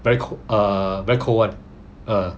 very err very cold [one] ah